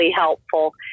helpful